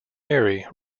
mary